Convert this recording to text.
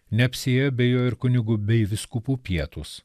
neapsiėjo be jo ir kunigų bei vyskupų pietūs